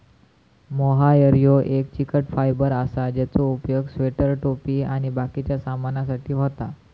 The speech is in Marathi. मोहायर ह्यो एक चिकट फायबर असा ज्याचो उपयोग स्वेटर, टोपी आणि बाकिच्या सामानासाठी होता